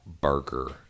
burger